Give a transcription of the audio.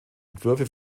entwürfe